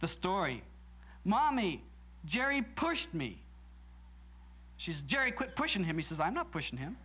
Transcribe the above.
the story mommy jerry pushed me she says jerry quit pushing him he says i'm not pushing him